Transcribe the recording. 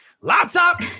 Laptop